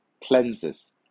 cleanses